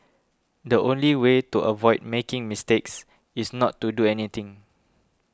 the only way to avoid making mistakes is not to do anything